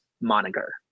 moniker